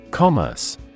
Commerce